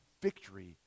victory